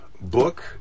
book